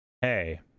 hey